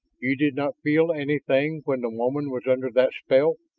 you did not feel anything when the woman was under that spell?